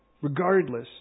Regardless